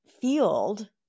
field